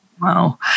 Wow